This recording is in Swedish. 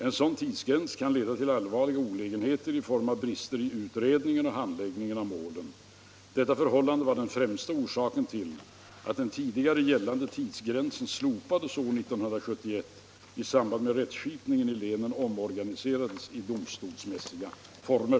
En sådan tidsgräns kan leda till allvarliga olägenheter i form av brister i utredningen och handläggningen av målen. Detta förhållande var den främsta orsaken till att den tidigare gällande tidsgränsen slopades år 1971 i samband med att rättsskipningen i länen omorganiserades i domstolsmässiga former.